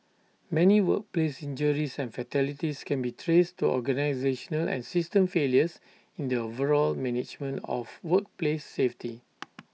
many workplace injuries and fatalities can be traced to organisational and system failures in the overall management of workplace safety